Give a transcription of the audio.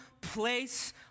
place